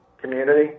community